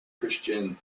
christian